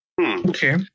Okay